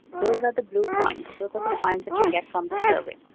those are the blue points. those are the points that you get from the survey.